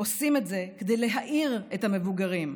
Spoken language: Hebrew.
עושים את זה כדי להעיר את המבוגרים.